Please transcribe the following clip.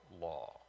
law